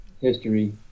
history